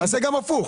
תעשה גם הפוך.